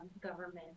government